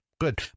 Good